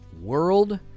World